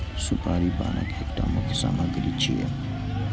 सुपारी पानक एकटा मुख्य सामग्री छियै